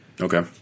Okay